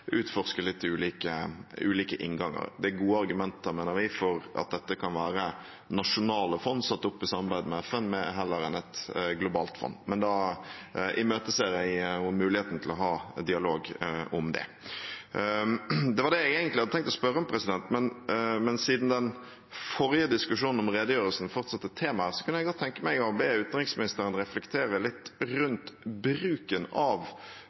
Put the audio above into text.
utforske litt ulike innganger. Det er gode argumenter, mener vi, for at dette kan være nasjonale fond, satt opp i samarbeid med FN, heller enn et globalt fond. Da imøteser jeg muligheten til å ha en dialog om det. Det var det jeg egentlig hadde tenkt å spørre om, men siden den forrige diskusjonen om redegjørelsen fortsatt er tema her, kunne jeg tenke meg å be utenriksministeren reflektere litt rundt bruken av